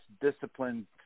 disciplined